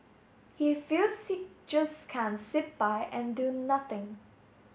he feels he just can't sit by and do nothing